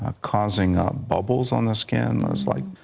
ah causing um bubbles on the skin. it's like